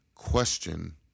question